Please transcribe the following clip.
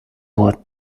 what